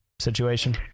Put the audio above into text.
situation